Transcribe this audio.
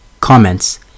Comments